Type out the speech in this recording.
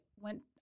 went